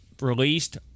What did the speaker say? released